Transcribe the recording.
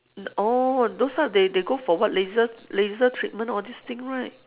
th~ oh those type they they go for what laser laser treatment all these thing right